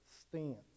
stands